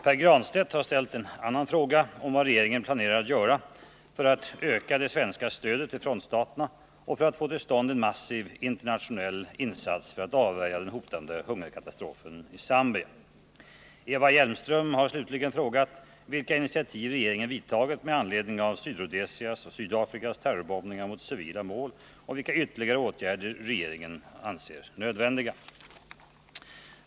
Pär Granstedt har ställt en annan fråga — om vad regeringen planerar göra för att öka det svenska stödet till frontstaterna och för att få till stånd en massiv, internationell insats för att avvärja den hotande hungerkatastrofen i Zambia. Eva Hjelmström har slutligen frågat vilka initiativ regeringen vidtagit med anledning av Sydrhodesias och Sydafrikas terrorbombningar mot civila mål, och vilka ytterligare åtgärder regeringen anser nödvändiga.